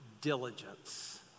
diligence